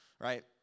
right